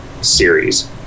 series